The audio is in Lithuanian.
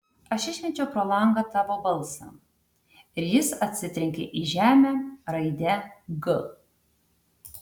aš išmečiau pro langą tavo balsą ir jis atsitrenkė į žemę raide g